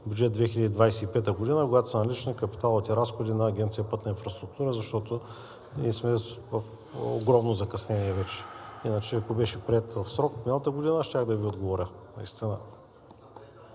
бюджет 2025 г., когато са налични капиталовите разходи на Агенция „Пътна инфраструктура“, защото ние сме в огромно закъснение вече. Иначе, ако беше приет в срок през миналата година, щях да Ви отговоря наистина.